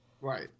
right